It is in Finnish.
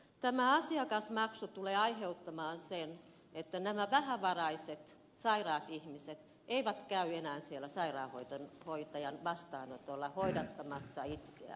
tämä asiakasmaksu tulee aiheuttamaan sen että nämä vähävaraiset sairaat ihmiset eivät käy enää siellä sairaanhoitajan vastaanotolla hoidattamassa itseään